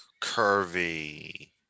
curvy